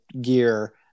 gear